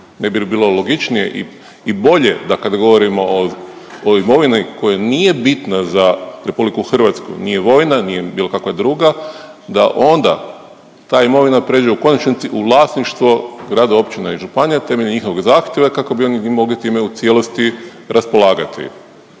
Ne bi li bilo logičnije i bolje da kad govorimo o imovini koja nije bitna za RH, nije vojna, nije bilo kakva druga da onda ta imovina prijeđe u konačnici u vlasništvo gradova, općina i županija temeljem njihovog zahtjeva, kako bi oni mogli time u cijelosti raspolagati.